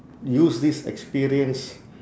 use this experience